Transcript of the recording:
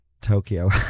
Tokyo